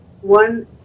one